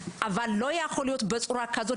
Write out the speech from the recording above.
אבל לא יכול להיות שהדברים נעשים בצורה שכזו.